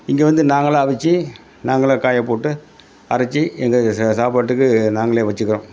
இங்கே வந்து நாங்களா அவித்து நாங்களா காயப்போட்டு அரத்து எங்கள் ச சாப்பாட்டுக்கு நாங்களே வச்சிக்கிறோம்